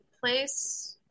place